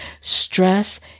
Stress